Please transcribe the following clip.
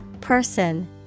Person